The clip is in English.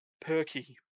Perky